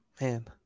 man